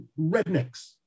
rednecks